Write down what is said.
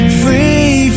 free